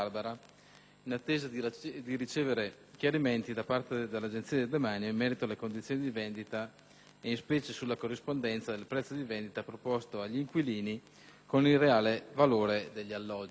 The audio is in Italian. in attesa di ricevere chiarimenti da parte dell'Agenzia del demanio in merito alle condizioni di vendita, e, in specie, sulla corrispondenza del prezzo di vendita proposto agli inquilini con il reale valore degli alloggi.